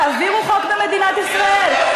תעבירו חוק במדינת ישראל,